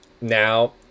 now